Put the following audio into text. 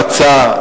פצע,